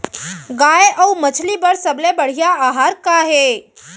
गाय अऊ मछली बर सबले बढ़िया आहार का हे?